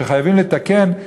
שחייבים לתקן,